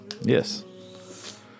Yes